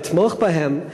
לתמוך בהם,